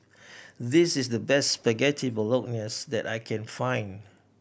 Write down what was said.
this is the best Spaghetti Bolognese that I can find